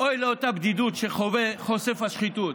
אוי לאותה בדידות שחווה חושף השחיתות,